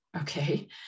Okay